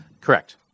Correct